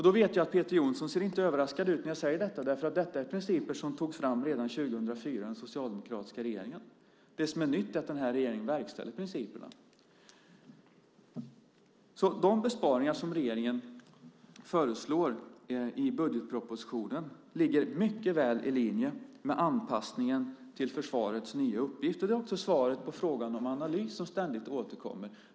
Då vet jag att Peter Jonsson inte ser överraskad ut när jag säger detta, därför att detta är principer som togs fram redan 2004 av den socialdemokratiska regeringen. Det som är nytt är att den här regeringen verkställer principerna. De besparingar som regeringen föreslår i budgetpropositionen ligger mycket väl i linje med anpassningen till försvarets nya uppgifter. Det är också svar på frågan om analys, som ständigt återkommer.